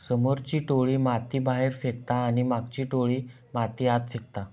समोरची टोळी माती बाहेर फेकता आणि मागची टोळी माती आत फेकता